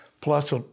plus